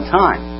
time